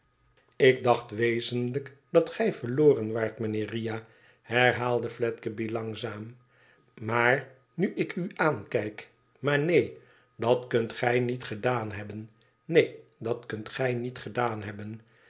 fik dacht wezenlijk dat gij verloren waart mijnheer riah herhaalde fledgeby langzaam t maar nu ik u aankijk maar neen dat kunt gi niet gedaan hebben neen dat kunt gij niet gedaan hebben